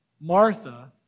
Martha